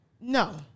No